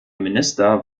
minister